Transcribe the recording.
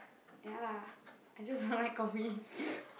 ya lah I just don't like coffee